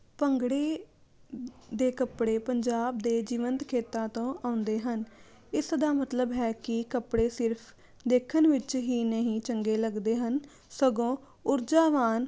ਭੰਗੜੇ ਦੇ ਕੱਪੜੇ ਪੰਜਾਬ ਦੇ ਜੀਵੰਤ ਖੇਤਰਾਂ ਤੋਂ ਆਉਂਦੇ ਹਨ ਇਸ ਦਾ ਮਤਲਬ ਹੈ ਕਿ ਕੱਪੜੇ ਸਿਰਫ ਦੇਖਣ ਵਿੱਚ ਹੀ ਨਹੀਂ ਚੰਗੇ ਲੱਗਦੇ ਹਨ ਸਗੋਂ ਉਰਜਾਵਾਨ